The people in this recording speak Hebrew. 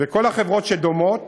וכל החברות הדומות,